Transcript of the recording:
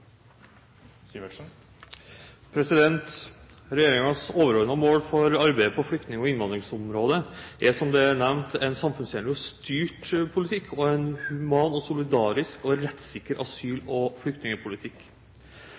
arbeidet på flyktning- og innvandringsområdet er, som det er nevnt, en samfunnstjenlig og styrt politikk og en human, solidarisk og rettssikker asyl-